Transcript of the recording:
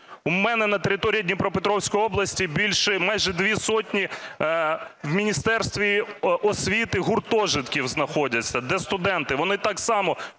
У мене на території Дніпропетровської області майже дві сотні в Міністерстві освіти гуртожитків знаходяться, де студенти, вони так само